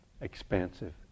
expansive